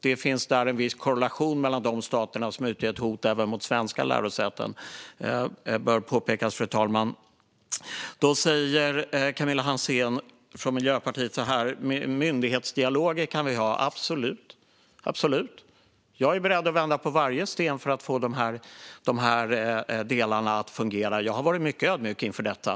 Det finns en viss korrelation mellan dessa stater och de stater som utgör ett hot även mot svenska lärosäten. Det bör påpekas. Camilla Hansén från Miljöpartiet säger att vi kan ha myndighetsdialoger. Det kan vi absolut. Jag är beredd att vända på varje sten för att få de här delarna att fungera. Jag har varit mycket ödmjuk inför detta.